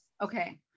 okay